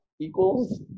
equals